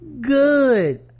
good